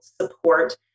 support